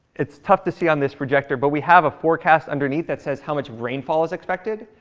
it's tough to see on this projector, but we have a forecast underneath that says how much rainfall is expected.